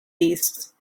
beasts